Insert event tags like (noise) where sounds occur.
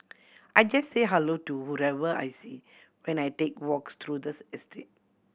I just say hello to whoever I see when I take walks through the (unintelligible) estate